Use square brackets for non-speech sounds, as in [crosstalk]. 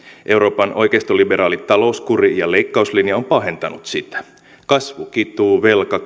euroopan oikeistoliberaali talouskuri ja leikkauslinja on pahentanut sitä kasvu kituu velka [unintelligible]